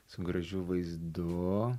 su gražiu vaizdu